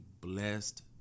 blessed